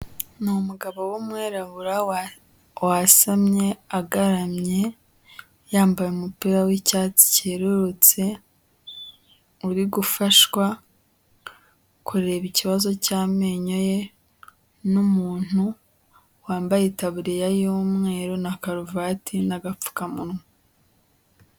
Ni umugabo w'umwirabura wasamye agaramye, yambaye umupira w'icyatsi cyerurutse, uri gufashwa kureba ikibazo cy'amenyoye n'umuntu wambaye itabuririya y'umweru, na karuvati, n'agapfukamunwa.